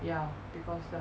ya because